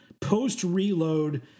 post-reload